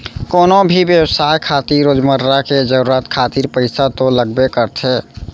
कोनो भी बेवसाय खातिर रोजमर्रा के जरुरत खातिर पइसा तो लगबे करथे